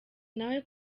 nawe